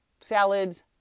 Salads